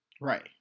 Right